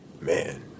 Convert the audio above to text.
Man